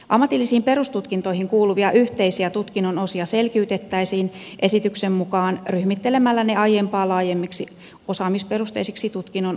ammatillisiin perustutkintoihin kuuluvia yhteisiä tutkinnon osia selkiytettäisiin esityksen mukaan ryhmittelemällä ne aiempaa laajemmiksi osaamisperusteisiksi tutkinnon osiksi